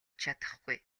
чадахгүй